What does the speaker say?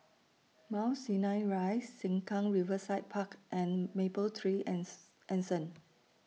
Mount Sinai Rise Sengkang Riverside Park and Mapletree An Anson